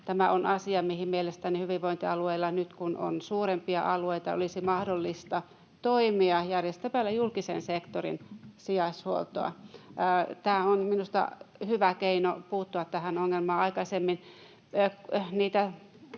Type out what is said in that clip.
Tämä on asia, mihin mielestäni hyvinvointialueilla, nyt kun on suurempia alueita, olisi mahdollista tehdä toimia järjestämällä julkisen sektorin sijaishuoltoa. Tämä on minusta hyvä keino puuttua tähän ongelmaan. Aikaisemmin